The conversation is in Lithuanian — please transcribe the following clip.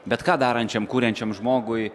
bet ką darančiam kuriančiam žmogui